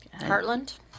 Heartland